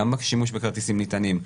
גם בשימוש בכרטיסים נטענים,